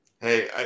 Hey